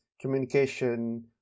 communication